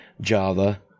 Java